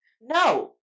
No